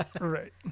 Right